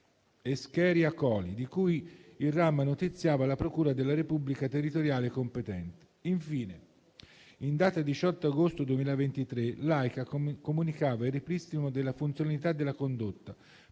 escherichia coli, di cui il RAM notiziava la procura della Repubblica territoriale competente. Infine, in data 18 agosto 2023, l'AICA comunicava il ripristino della funzionalità della condotta,